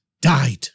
died